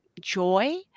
joy